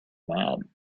mad